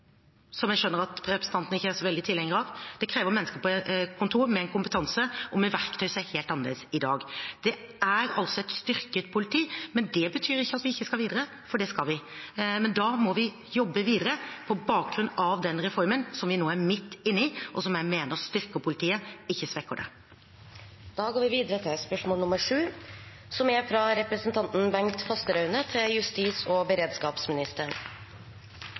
som jeg skjønner at representanten ikke er så veldig tilhenger av. Det krever mennesker på kontor med en kompetanse og med verktøy som er helt annerledes i dag. Det er altså et styrket politi. Det betyr ikke at vi ikke skal videre, for det skal vi, men da må vi jobbe videre på bakgrunn av den reformen som vi nå er midt inne i, og som jeg mener styrker politiet, ikke svekker det. «Politiets medarbeiderundersøkelse publisert 11. mai viser at jobbtilfredsheten går